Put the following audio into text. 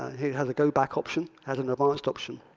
here it has a go back option, has an advanced option.